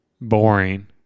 boring